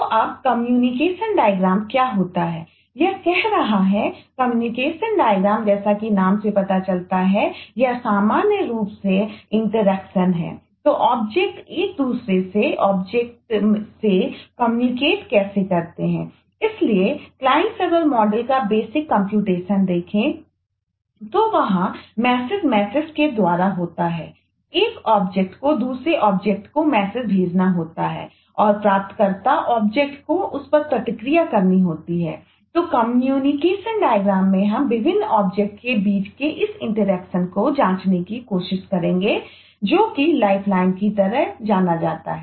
तो अब communication diagram की तरह जाना जाता है